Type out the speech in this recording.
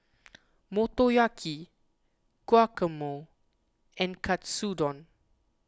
Motoyaki Guacamole and Katsudon